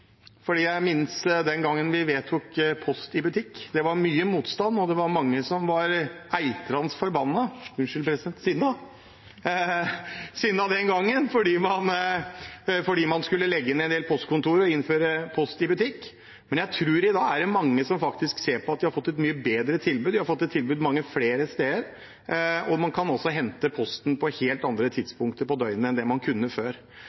Jeg minnes den gangen vi vedtok Post i butikk. Det var mye motstand, og det var mange som var eitrende forbannet den gangen – unnskyld, president – fordi man skulle legge ned en del postkontorer og innføre Post i butikk. Men jeg tror det er mange som ser at de har fått et mye bedre tilbud. Vi har fått et tilbud mange flere steder. Man kan også hente posten på helt andre tidspunkter på døgnet enn det man kunne før.